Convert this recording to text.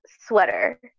sweater